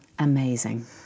amazing